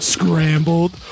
scrambled